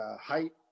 Height